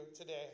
today